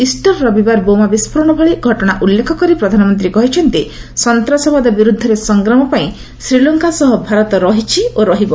Easter ରବିବାର ବୋମା ବିସ୍ଫୋରଣ ଭଳି ଘଟଣା ଉଲ୍ଲେଖ କରି ପ୍ରଧାନମନ୍ତ୍ରୀ କହିଛନ୍ତି ସନ୍ତାସବାଦ ବିରୁଦ୍ଧରେ ସଂଗ୍ରାମ ପାଇଁ ଶ୍ରୀଲଙ୍କା ସହ ଭାରତ ରହିଛି ଓ ରହିବ